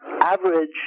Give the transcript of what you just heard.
average